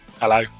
hello